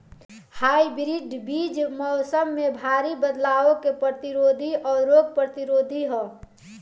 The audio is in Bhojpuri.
हाइब्रिड बीज मौसम में भारी बदलाव के प्रतिरोधी और रोग प्रतिरोधी ह